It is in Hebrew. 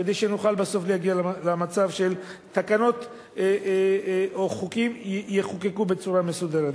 כדי שנוכל בסוף להגיע למצב שתקנות או חוקים יחוקקו בצורה מסודרת.